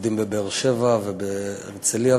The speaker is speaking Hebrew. שעובדים בבאר-שבע ובהרצלייה,